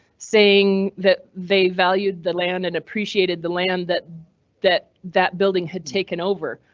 saying that they valued the land and appreciated the land that that that building had taken over.